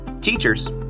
Teachers